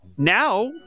Now